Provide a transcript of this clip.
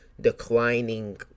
declining